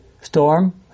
storm